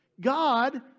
God